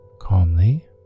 calmly